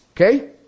Okay